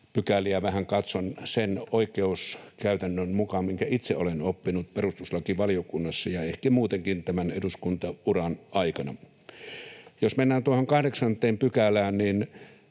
pykäliä vähän katson sen oikeuskäytännön mukaan, minkä itse olen oppinut perustuslakivaliokunnassa ja ehkä muutenkin tämän eduskuntauran aikana. Jos mennään tuohon 8 §:ään,